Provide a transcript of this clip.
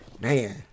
Man